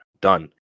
done